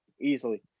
easily